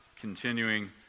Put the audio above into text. Continuing